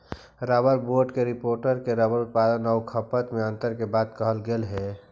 rubber board के report में rubber उत्पादन आउ खपत में अन्तर के बात कहल गेलइ हे